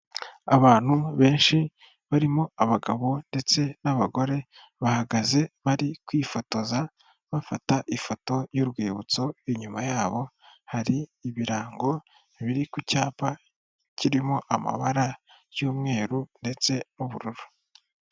Abantu benshi barimo abagabo ndetse n'abagore bahagaze bari kwifotoza, bafata ifoto y'urwibutso inyuma yabo hari ibirango biri ku cyapa kirimo amabara y'umweru ndetse n'ubururu.